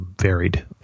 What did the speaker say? varied